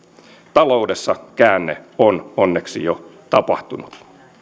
taloudessa käänne on onneksi jo tapahtunut